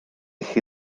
chi